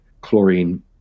chlorine